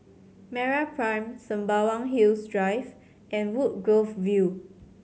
MeraPrime Sembawang Hills Drive and Woodgrove View